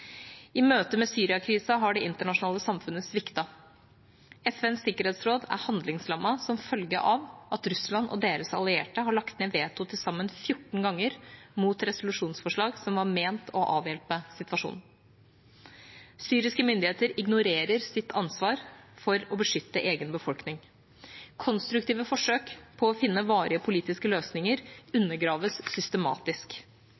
I møtet med Syria-krisen har det internasjonale samfunnet sviktet. FNs sikkerhetsråd er handlingslammet som følge av at Russland og deres allierte har lagt ned veto til sammen 14 ganger mot resolusjonsforslag som var ment å avhjelpe situasjonen. Syriske myndigheter ignorerer sitt ansvar for å beskytte egen befolkning. Konstruktive forsøk på å finne varige politiske løsninger